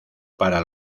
para